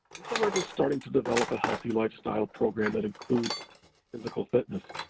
and some are just starting to develop a healthy lifestyle program that includes physical fitness.